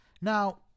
Now